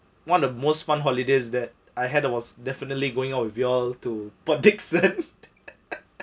one of the most fun holidays that I had was definitely going out with you all to port dickson